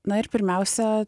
na ir pirmiausia